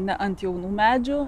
ne ant jaunų medžių